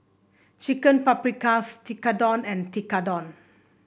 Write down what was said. Chicken Paprikas Tekkadon and Tekkadon